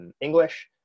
English